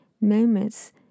moments